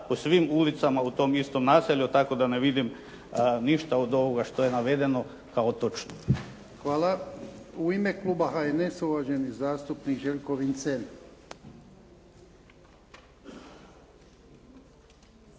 po svim ulicama u tom istom naselju, tako da ne vidim ništa od ovoga što je navedeno kao točno. **Jarnjak, Ivan (HDZ)** Hvala. U ime kluba HNS-a uvaženi zastupnik Željko Vincelj.